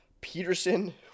Peterson